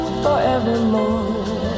forevermore